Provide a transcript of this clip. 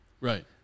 right